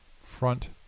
front